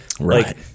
Right